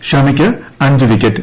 ഷമിക്ക് അഞ്ച് വിക്കറ്റ്